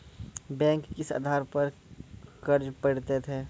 Bank किस आधार पर कर्ज पड़तैत हैं?